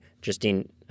Justine